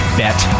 bet